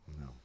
No